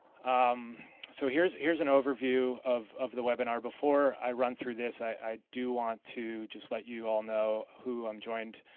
um so here is here is an overview of of the webinar. before i run through this i do want to just let you all know who i'm joined